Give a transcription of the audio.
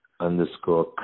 underscore